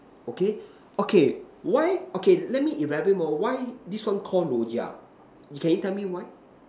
okay okay why okay let me elaborate more why this one Call Rojak can you tell me why